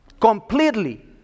Completely